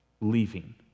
leaving